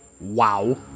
Wow